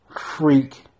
freak